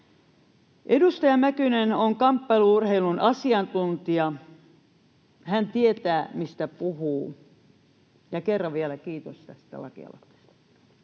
Edustaja Mäkynen on kamppailu-urheilun asiantuntija. Hän tietää, mistä puhuu. Ja kerran vielä: kiitos tästä lakialoitteesta.